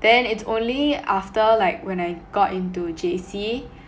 then it's only after like when I got into J_C